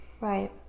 Right